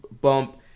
bump